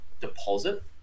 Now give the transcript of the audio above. deposit